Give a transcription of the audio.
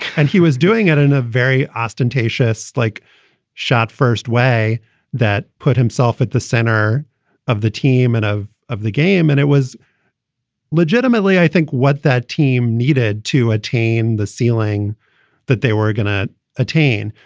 and he was doing it in a very ostentatious, like shot first way that put himself at the center of the team and of of the game. and it was legitimately, i think, what that team needed to attain the ceiling that they were going to attain.